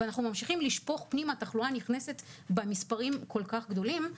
ואנחנו ממשיכים לשפוך פנימה תחלואה נכנסת במספרים כל כך גדולים,